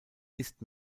ist